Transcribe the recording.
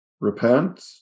repent